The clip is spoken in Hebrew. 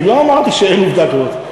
אני לא אמרתי שאין עובדה כזאת.